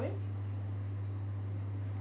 sorry